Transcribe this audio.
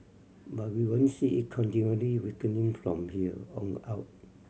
but we won't see it continually weakening from here on out